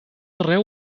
arreu